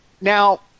Now